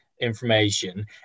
information